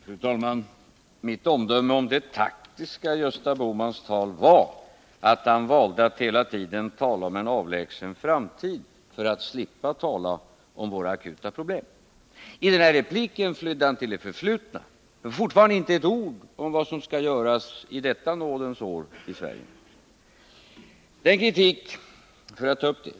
Fru talman! Mitt omdöme om det taktiska i Gösta Bohmans tal var att han valde att hela tiden tala om en avlägsen framtid för att slippa tala om våra akuta problem. I den här repliken flydde han till det förgångna. Fortfarande har han inte sagt ett ord om vad som skall göras i Sverige i detta nådens år.